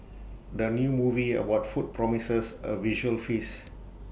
the new movie about food promises A visual feast